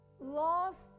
lost